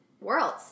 worlds